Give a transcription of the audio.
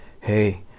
Hey